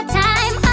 time